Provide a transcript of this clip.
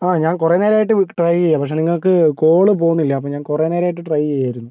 ആ ഞാൻ കുറേ നേരമായിട്ട് ട്രൈ ചെയ്യുകയാണ് പക്ഷേ നിങ്ങൾക്ക് കോള് പോകുന്നില്ല അപ്പോൾ ഞാൻ കുറെ നേരമായിട്ട് ട്രൈ ചെയ്യുവായിരുന്നു